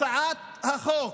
הצעת החוק,